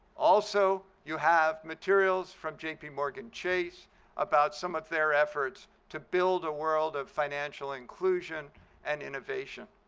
also you have materials from jpmorgan chase about some of their efforts to build a world of financial inclusion and innovation.